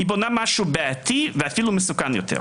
היא בונה משהו בעייתי ואפילו מסוכן יותר.